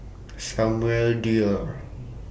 Samuel Dyer